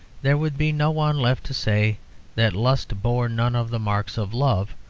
there would be no one left to say that lust bore none of the marks of love,